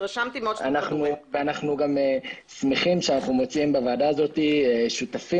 התרשמתי --- אנחנו גם שמחים שאנחנו מוצאים בוועדה הזאת שותפים,